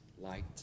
light